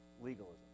Legalism